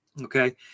okay